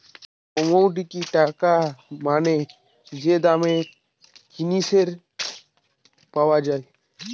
commodity টাকা মানে যে দাম জিনিসের পাওয়া যায়